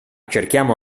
cerchiamo